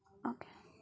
okay